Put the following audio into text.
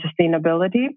sustainability